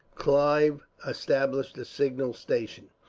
clive established a signal station.